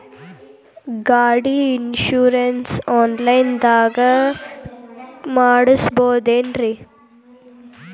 ಗಾಡಿ insurance online ದಾಗ ಮಾಡಸ್ಬಹುದೆನ್ರಿ?